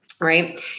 right